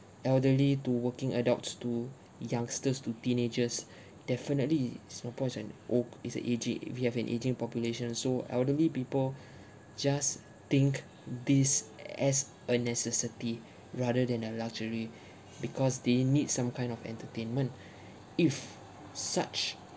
elderly to working adults to youngsters to teenagers definitely singapore is an old it's a ageing we have an aging population so elderly people just think this as a necessity rather than a luxury because they need some kind of entertainment if such